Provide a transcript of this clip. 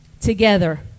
Together